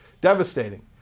devastating